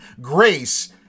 Grace